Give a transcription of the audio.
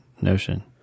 notion